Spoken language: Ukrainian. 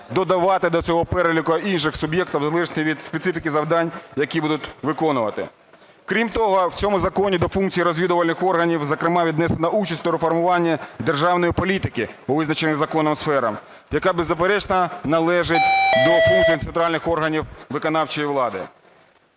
додавати до цього переліку інших суб'єктів, залежно від специфіки завдань, які будуть виконувати. Крім того, в цьому законі до функцій розвідувальних органів зокрема віднесена участь у реформуванні державної політики у визначених законом сферах, яка беззаперечно належить до функцій центральних органів виконавчої влади.